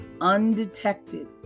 undetected